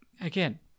again